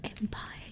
empire